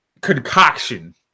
concoction